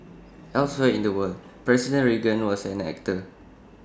elsewhere in the world president Reagan was an actor